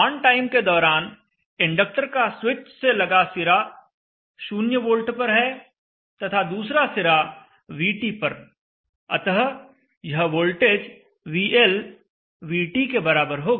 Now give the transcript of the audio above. on time के दौरान inductor का स्विच से लगा सिरा 0 वोल्ट पर है तथा दूसरा सिरा VT पर अतः यह वोल्टेज VL VT के बराबर होगा